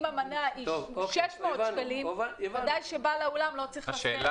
אם המנה עולה 600 שקלים אז בוודאי בעל האולם לא צריך לשאת בעלויות.